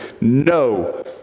no